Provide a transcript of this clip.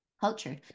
culture